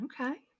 Okay